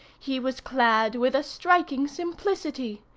he was clad with a striking simplicity.